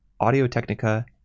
Audio-Technica